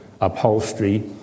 upholstery